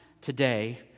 today